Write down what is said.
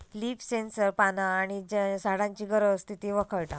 leaf sensor पाना आणि झाडांची गरज, स्थिती वळखता